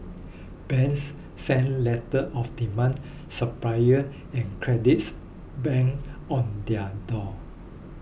banks sent letters of demand suppliers and creditors banged on their door